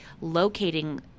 locating